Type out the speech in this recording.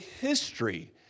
history